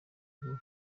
bwo